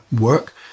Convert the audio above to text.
work